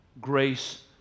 grace